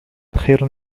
خير